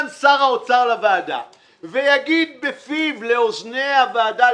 שר האוצר לוועדה ויגיד בפיו לאוזני הוועדה,